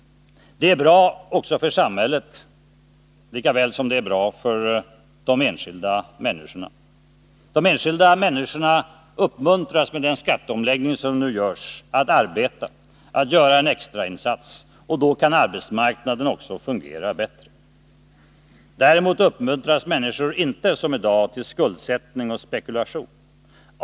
Skatteomläggningen är bra för samhället lika väl som för de enskilda människorna. Med denna uppmuntras människor att arbeta, att göra en extrainsats. Då kan arbetsmarknaden också fungera bättre. Däremot uppmuntras människor inte som i dag till skuldsättning och spekulation.